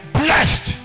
blessed